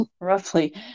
roughly